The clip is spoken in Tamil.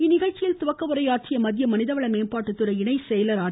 இந்நிகழ்ச்சியில் துவக்க உரையாற்றிய மத்திய மனிதவள மேம்பாட்டுத்துறை இணை செயலர் ஆர்